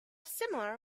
similar